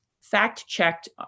fact-checked